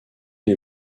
les